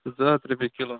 زٕ ہَتھ رۄپیہِ کِلوٗ